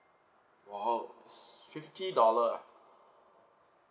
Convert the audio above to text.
!wow! s~ fifty dollar ah